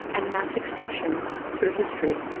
and mass extinctions through history,